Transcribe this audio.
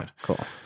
Cool